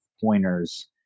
pointers